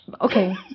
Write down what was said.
Okay